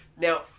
Now